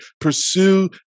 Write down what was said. Pursue